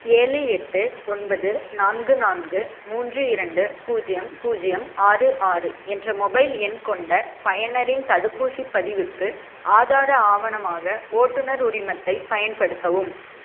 ஏழு எட்டு ஒன்பது நான்கு நான்கு மூன்று இரண்டு பூஜ்ஜியம் பூஜ்ஜியம் ஆறு ஆறு என்ற மொபைல் எண் கொண்ட பயனரின் தடுப்பூசிப் பதிவுக்கு ஆதார ஆவணமாக ஓட்டுனர் உரிமத்தைப் பயன்படுத்தவும்